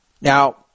Now